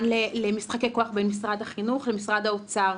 למשחקי כוח בין משרד החינוך למשרד האוצר,